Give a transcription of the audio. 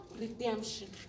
redemption